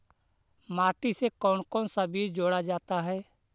माटी से कौन कौन सा बीज जोड़ा जाता है?